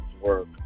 work